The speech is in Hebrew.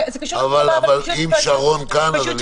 אבל אם שרון כאן אז אני אאפשר לך.